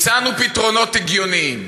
הצענו פתרונות הגיוניים.